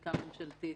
חקיקה ממשלתית,